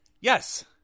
Yes